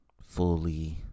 Fully